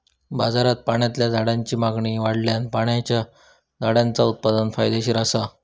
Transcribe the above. बाजारात पाण्यातल्या झाडांची मागणी वाढल्यान पाण्याच्या झाडांचा उत्पादन फायदेशीर असा